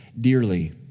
dearly